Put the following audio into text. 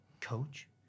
Coach